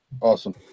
Awesome